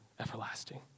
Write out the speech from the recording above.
everlasting